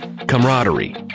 camaraderie